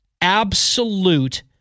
Absolute